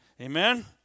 Amen